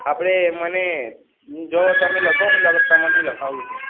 આપણે મને જો તમે લખો હું તમને લખાવું છું